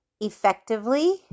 effectively